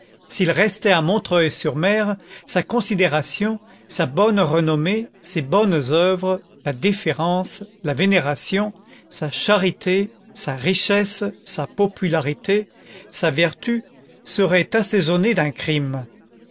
s'il restait à montreuil sur mer sa considération sa bonne renommée ses bonnes oeuvres la déférence la vénération sa charité sa richesse sa popularité sa vertu seraient assaisonnées d'un crime